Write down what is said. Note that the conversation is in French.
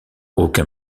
aucun